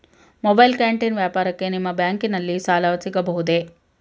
Mobile canteen ವ್ಯಾಪಾರಕ್ಕೆ ನಿಮ್ಮ ಬ್ಯಾಂಕಿನಲ್ಲಿ ಸಾಲ ಸಿಗಬಹುದೇ?